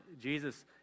Jesus